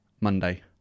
Monday